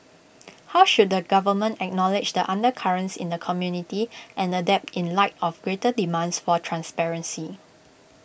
how should the government acknowledge the undercurrents in the community and adapt in light of greater demands for transparency